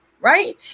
Right